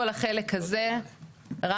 כל החלק הזה רמלה,